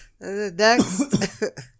Next